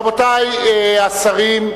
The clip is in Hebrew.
רבותי השרים,